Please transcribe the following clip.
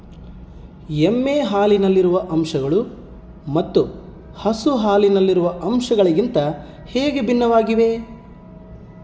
ಎಮ್ಮೆ ಹಾಲಿನಲ್ಲಿರುವ ಅಂಶಗಳು ಮತ್ತು ಹಸು ಹಾಲಿನಲ್ಲಿರುವ ಅಂಶಗಳಿಗಿಂತ ಹೇಗೆ ಭಿನ್ನವಾಗಿವೆ?